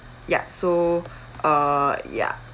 ya so uh yeah